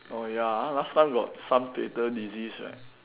oh ya ah last time got some fatal disease right